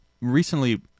Recently